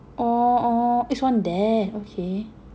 orh orh it's on there okay